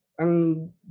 ang